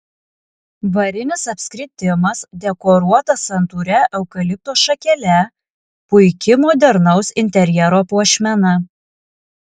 varinis apskritimas dekoruotas santūria eukalipto šakele puiki modernaus interjero puošmena